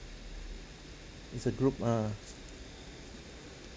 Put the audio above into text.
it's a group ah